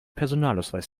personalausweis